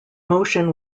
motion